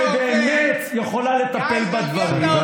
למה, הם יתמכו בזה?